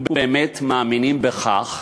ובאמת מאמינים בכך,